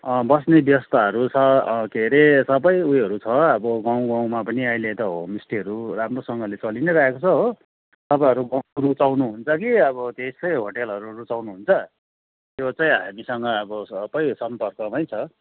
बस्ने व्यवस्थाहरू छ के अरे सबै उयोहरू छ अब गाउँ गाउँमा पनि अहिले त होम स्टेहरू राम्रोसँगले चलि नै रहेको छ हो तपाईँहरू बस्नु रुचाउनु हुन्छ कि अब त्यसै होटेलहरू रुचाउनु हुन्छ त्यो चाहिँ हामीसँग अब सबै सम्पर्कमै छ